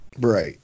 Right